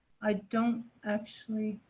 i don't actually